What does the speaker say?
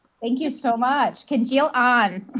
thank you so much. congeal on.